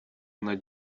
над